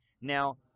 Now